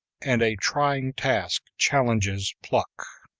and a trying task challenges pluck.